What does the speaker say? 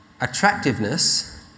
attractiveness